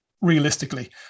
realistically